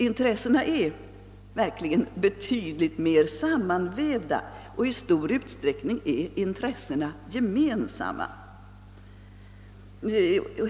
Intressena är verkligen betydligt mer sammanvävda, och i stor utsträckning är de gemensamma.